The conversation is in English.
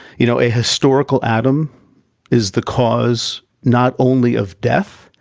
you know, a historical adam is the cause not only of death,